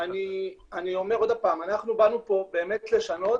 עוד הפעם, אנחנו באנו לפה באמת לשנות